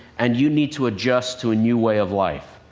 and you need to adjust to a new way of life.